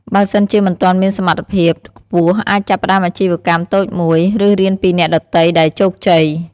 បើសិនជាមិនទាន់មានសត្ថភាពខ្ពស់ អាចចាប់ផ្តើមអាជីវកម្មតូចមួយ ឬរៀនពីអ្នកដទៃដែលជោគជ័យ។